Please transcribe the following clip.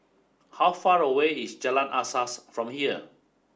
how far away is Jalan Asas from here